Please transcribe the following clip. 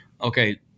Okay